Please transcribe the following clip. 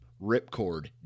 Ripcord